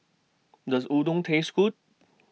Does Udon Taste Good